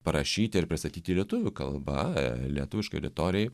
parašyti ir pristatyti lietuvių kalba lietuviškai auditorijai